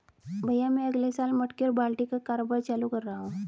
भैया मैं अगले साल मटके और बाल्टी का कारोबार चालू कर रहा हूं